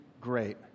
great